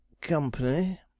company